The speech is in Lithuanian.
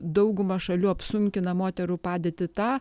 dauguma šalių apsunkina moterų padėtį tą